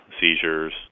seizures